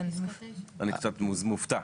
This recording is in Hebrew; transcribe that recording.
אני קצת מופתע.